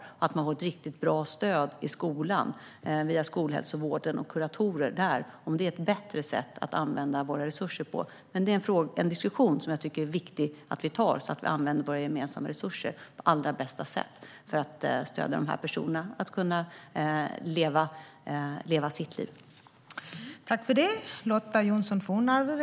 Att människor får ett riktigt bra stöd i skolan, via skolhälsovården och kuratorer där, kanske är ett bättre sätt att använda våra resurser på. Detta är dock en diskussion jag tycker är viktig att ta, så att vi använder våra gemensamma resurser på allra bästa sätt för att stödja dessa personer att leva sina liv.